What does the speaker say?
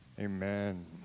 amen